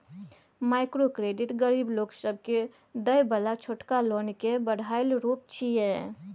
micro credit गरीब लोक सबके देय बला छोटका लोन के बढ़ायल रूप छिये